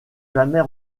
jamais